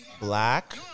black